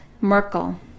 Merkel